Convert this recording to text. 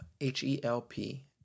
H-E-L-P